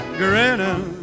grinning